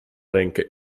rękę